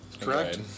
Correct